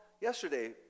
yesterday